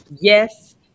yes